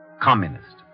communist